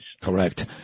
Correct